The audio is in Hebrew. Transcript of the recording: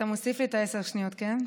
אתה מוסיף לי עשר שניות, אוקיי?